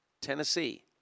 Tennessee